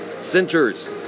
centers